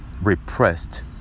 Repressed